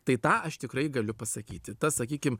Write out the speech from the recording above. tai tą aš tikrai galiu pasakyti tas sakykim